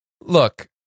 Look